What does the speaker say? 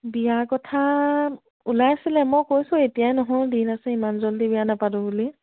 বিয়াৰ কথা ওলাই আছিলে মই কৈছোঁ এতিয়াই নহয় দিন আছে ইমান জল্দি বিয়া নাপোতো বুলি